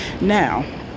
Now